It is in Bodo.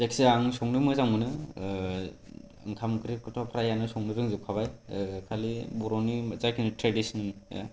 जायखिजाया आं संनो मोजां मोनो ओंखाम ओंख्रिखौथ' प्रायानो संनो रोंजोबखाबाय खालि बर'नि जायनोखि ट्रेडिसनेल